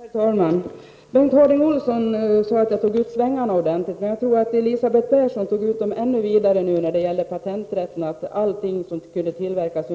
Herr talman! Bengt Harding Olson tyckte att jag tog ut svängarna ordentligt. Jag tror att Elisabeth Persson tog ut dem ännu vidare nu när hon talade om att allting under solen som kunde tillverkas